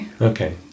Okay